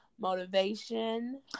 motivation